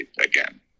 again